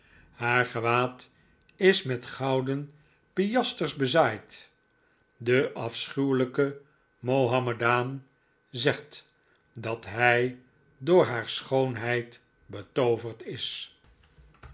haar gewaad is met gouden piasters bezaaid de afschuwelijke mohammedaan zegt dat hij door haar schoonheid betooverd is